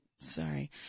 Sorry